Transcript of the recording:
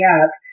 up